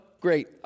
Great